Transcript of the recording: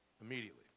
immediately